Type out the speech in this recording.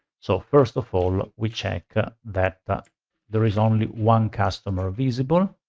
so first of all, we check that that there is only one customer visible.